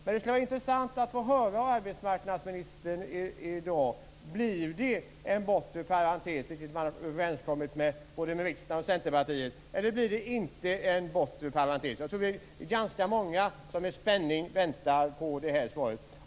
Det skulle vara intressant att av arbetsmarknadsministern få ett svar på frågan: Blir det en bortre parentes, vilket man har överenskommit med både riksdagen och Centerpartiet, eller blir det inte en sådan? Vi är ganska många som med spänning väntar på svar.